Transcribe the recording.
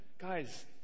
Guys